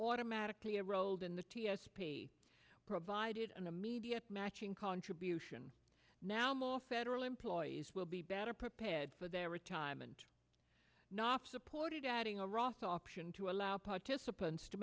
automatically enrolled in the t s p provided an immediate matching contribution now more federal employees will be better prepared for their retirement nop supported adding a roth option to allow participants to